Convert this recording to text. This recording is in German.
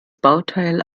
bauteil